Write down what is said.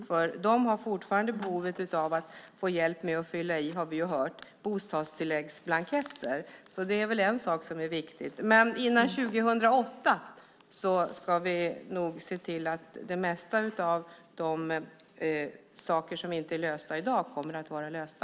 Vi har ju hört att de fortfarande har behov av att få hjälp med att fylla i bostadstilläggsblanketter. Det är väl en sak som är viktig. Innan 2008 är slut ska vi nog se till att det mesta av de saker som inte är lösta i dag kommer att vara lösta.